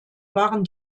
waren